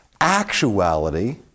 Actuality